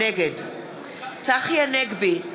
נגד צחי הנגבי,